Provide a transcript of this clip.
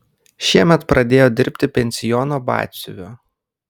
šiemet pradėjo dirbti pensiono batsiuviu